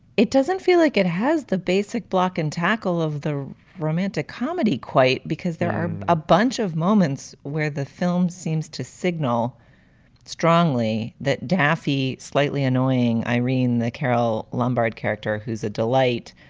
it doesn't feel like it has the basic block and tackle of the romantic comedy. quite, because there are a bunch of moments where the film seems to signal strongly that daffy slightly annoying irene, the carole lombard character, who's a delight.